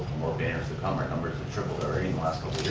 more banners to come. our numbers have tripled already in